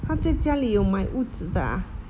她在家里有买屋子的 ah